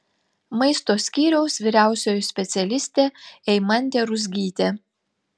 maisto skyriaus vyriausioji specialistė eimantė ruzgytė